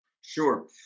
Sure